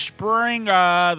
Springer